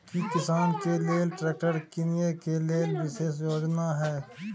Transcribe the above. की किसान के लेल ट्रैक्टर कीनय के लेल विशेष योजना हय?